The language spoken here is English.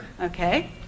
okay